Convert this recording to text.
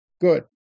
good